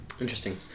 interesting